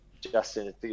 Justin